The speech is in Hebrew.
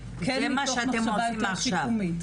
זה מה שאתם עושים עכשיו.